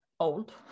old